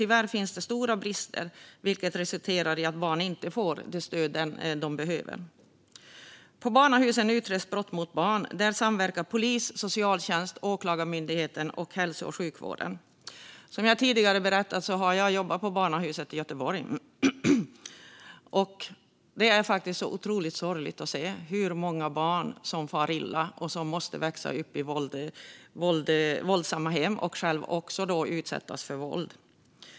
Tyvärr finns det stora brister, vilket resulterar i att barn inte får det stöd de behöver. På barnahusen utreds brott mot barn. Där samverkar polis, socialtjänst, åklagarmyndighet och hälso och sjukvård. Som jag tidigare berättat har jag jobbat på Barnahus Göteborg, och det är faktiskt otroligt sorgligt att se hur många barn som far illa, som måste växa upp i våldsamma hem och som själva utsätts för våld.